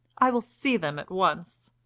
i will see them at once,